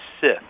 Sith